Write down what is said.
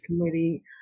committee